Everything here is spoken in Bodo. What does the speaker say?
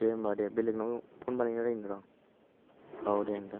दे होमबा दे बेलेगनाव फन बानायग्रोनायनायनो र' औ दे नोंथां